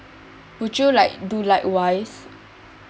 would you like do like wise